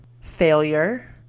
failure